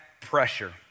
pressure